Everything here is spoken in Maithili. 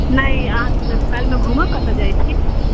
नहि अहाँ नेपालमे घूमय कतय जाइत छियै